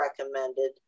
recommended